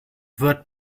wird